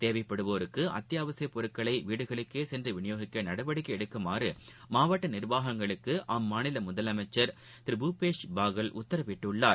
தேவைப்படுவோருக்குஅத்தியாவசியப் பொருட்களைவீடுகளுக்கேசென்றுவிநியோகிக்கநடவடிக்கைஎடுக்குமாறுமாவட்டநீர்வாகங்களுக்குஅம்மாநிலமுதல மைச்சர் திரு பூபேஷ் பாகல் உத்தரவிட்டுள்ளார்